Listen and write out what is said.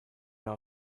know